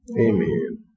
Amen